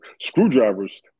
screwdrivers